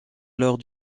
alors